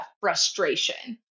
frustration